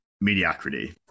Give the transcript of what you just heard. mediocrity